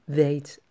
weet